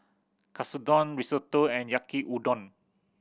Katsudon Risotto and Yaki Udon